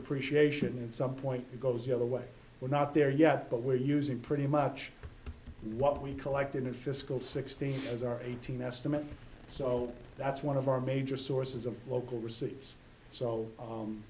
depreciation and some point it goes the other way we're not there yet but we're using pretty much what we collect in a fiscal sixteen as our eighteen estimate so that's one of our major sources of local receipts so